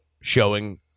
showing